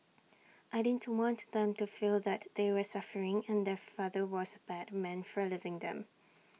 I didn't want them to feel that they were suffering and their father was bad man for leaving them